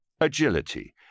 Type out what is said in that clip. agility